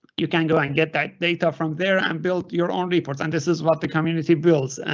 you can go and get that data from there and build your own report and this is what the community bills. and